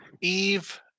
Eve